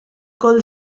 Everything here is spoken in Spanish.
col